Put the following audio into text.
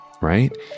right